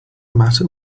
matter